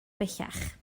bellach